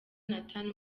nathan